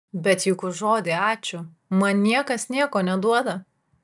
bet juk už žodį ačiū man niekas nieko neduoda